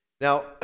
Now